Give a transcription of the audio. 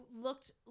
looked